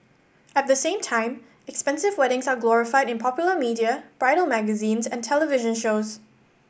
at the same time expensive weddings are glorified in popular media bridal magazines and television shows